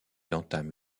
entame